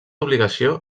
obligació